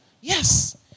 Yes